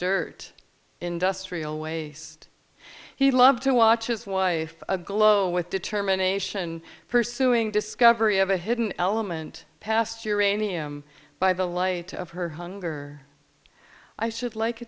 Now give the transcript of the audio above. dirt industrial waste he loved to watch his wife glow with determination pursuing discovery of a hidden element past your rainy i'm by the light of her hunger i should like